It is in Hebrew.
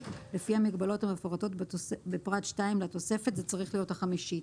לפי המגבלות המפורטות בפרט 2 לתוספת החמישית.